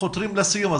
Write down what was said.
חותרים לסיום.